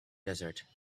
desert